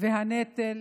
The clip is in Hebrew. ואת הנטל